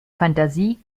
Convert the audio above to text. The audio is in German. fantasie